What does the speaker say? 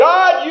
God